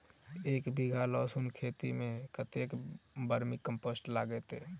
एक बीघा लहसून खेती मे कतेक बर्मी कम्पोस्ट लागतै?